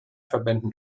verbänden